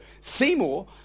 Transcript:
Seymour